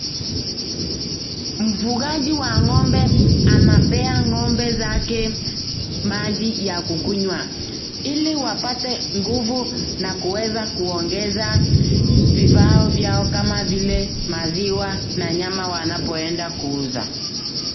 Mfugaji wa ng'ombe anapea ng'ombe zake maji ya kukunywa, ili wapate nguvu na kuweza kuongeza vifaa vyao kama vile maziwa na nyama wanapoenda kuuza.